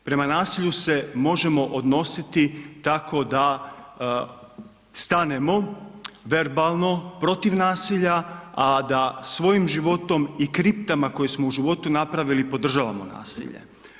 Prema nasilju se možemo odnositi tako da stanemo verbalno protiv nasilja a da svojim životom i kriptama koje smo u životu napravili podržavamo nasilje.